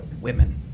women